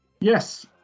Yes